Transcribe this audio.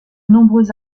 nombreux